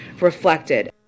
reflected